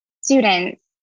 students